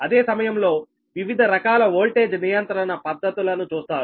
అదే సమయంలో వివిధ రకాల వోల్టేజ్ నియంత్రణ పద్ధతులను చూస్తారు